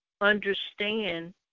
understand